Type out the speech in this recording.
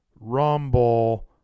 Rumble